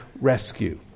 rescue